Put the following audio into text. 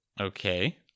Okay